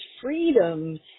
freedom